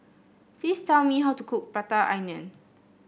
please tell me how to cook Prata Onion